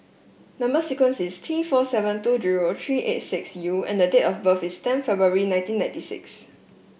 number sequence is T four seven two zero three eight six U and date of birth is ten February nineteen ninety six